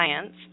Science